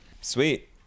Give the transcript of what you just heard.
Sweet